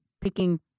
picking